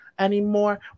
Anymore